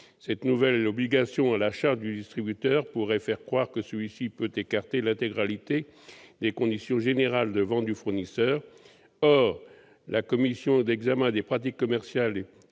Cette nouvelle obligation à la charge du distributeur pourrait faire croire que celui-ci peut écarter l'intégralité des conditions générales de vente du fournisseur. Or la commission d'examen des pratiques commerciales